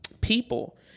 people